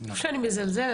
לא שאני מזלזלת,